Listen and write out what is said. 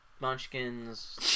Munchkins